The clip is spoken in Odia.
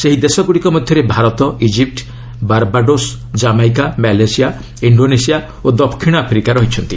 ସେହି ଦେଶଗୁଡ଼ିକ ମଧ୍ୟରେ Bharat Egypt Barbados Jamaica Malaysia Indonesia ଓ ଦକ୍ଷିଣ ଆଫ୍ରିକା ଅଛନ୍ତି